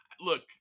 look